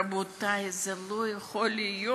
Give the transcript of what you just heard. רבותי, זה לא יכול להיות,